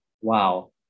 Wow